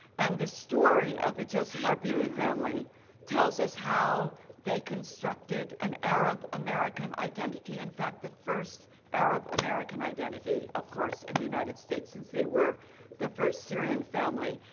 and the story of the joseph arbeely family tells us how they constructed an arab-american identity, in fact, the first arab-american identity of course in the united states, since they were the first syrian family.